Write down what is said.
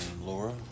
Laura